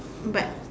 but